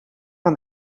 een